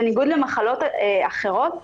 בניגוד למחלות אחרות,